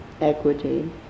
equity